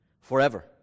forever